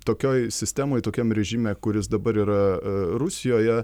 tokioj sistemoj tokiam režime kuris dabar yra rusijoje